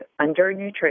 undernutrition